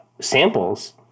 samples